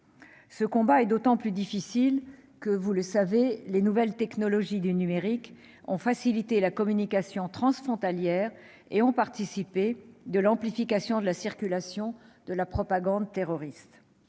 Ce combat est d'autant plus difficile que les nouvelles technologies du numérique ont facilité la communication transfrontalière et ont contribué à amplifier la circulation de la propagande terroriste.